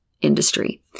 industry